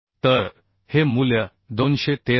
तर हे मूल्य 213